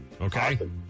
Okay